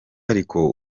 ariko